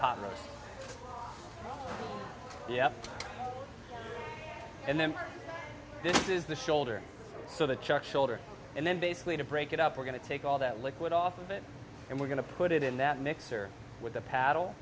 cotton yeah and then this is the shoulder so the chuck shoulder and then basically to break it up we're going to take all that liquid off of it and we're going to put it in that mixer with a paddle